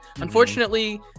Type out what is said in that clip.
Unfortunately